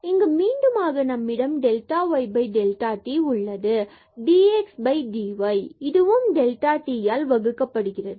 இங்கு மீண்டுமாக நம்மிடம் delta y delta t உள்ளது dxdy இதுவும் delta t ஆல் வகுக்கப்படும்